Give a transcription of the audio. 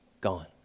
gone